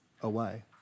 away